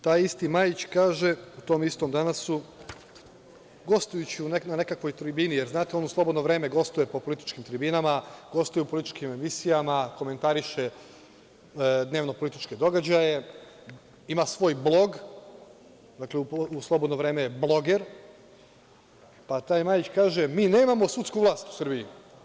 Taj isti Majić kaže u tom istom „Danasu“, gostujući na nekakvoj tribini, jer, znate, on u slobodno vreme gostuje po političkim tribinama, gostuje u političkim emisijama, komentariše dnevnopolitičke događaje, ima svoj blog, dakle, u slobodno vreme je bloger, pa kaže – mi nemamo sudsku vlast u Srbiji.